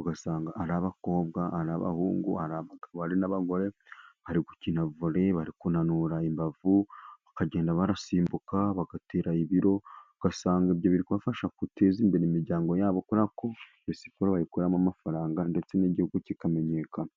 ugasanga ari abakobwa ari abahungu ari abagabo ari n'abagore bari gukina vole, bari kunanura imbavu bakagenda basimbuka bagatera ibiro, ugasanga ibyo bibafasha guteza imbere imiryango yabo, kubera ko siporo bayikuramo amafaranga ndetse n'igihugu kikamenyekana.